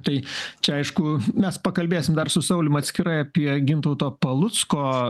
tai čia aišku mes pakalbėsim dar su saulium atskirai apie gintauto palucko